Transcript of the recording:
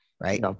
right